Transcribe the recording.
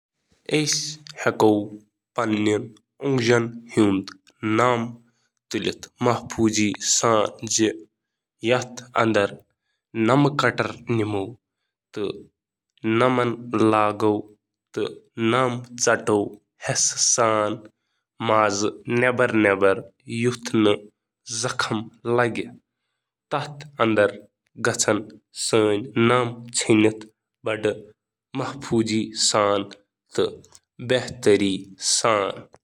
پنٕنۍ ناخن محفوظ طورس پیٹھ ژٹنہٕ خٲطرٕ، پنٕنۍ اتھہٕ چُھ پورٕ پٲٹھی چھلنہٕ خٲطرٕ، پتہٕ کیل کلپرُک استعمال کٔرِو سیود ناخن ژٹنہٕ خٲطرٕ، کونن گول کرنہٕ نِش بچنہٕ خٲطرٕ۔ کلپنگ پتہٕ، کنارن نرمی سۭتۍ ہموار کرنہٕ خٲطرٕ کٔرِو کیل فایلُک استعمال، ہمیشہٕ أکِس طرفس منٛز دٲخل گژھن، تہٕ یقینی بنٲوِو زِ زانٛہہ تہِ کٔرِو نہٕ پنٕنۍ کیوٹیکل ژٹِتھ یا پتھ کُن دبٲوِتھ تِکیازِ امہ سۭتۍ ہیکہِ انفیکشن گژھِتھ۔ خۄشٕک تہٕ پھُٹُن رُکاونہٕ خٲطرٕ کٔرِو پتہٕ پنٕنۍ ناخن نم ۔